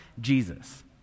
Jesus